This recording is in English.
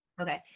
okay